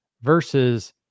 versus